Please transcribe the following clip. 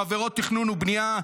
מדברים על ידיעות ועל זה: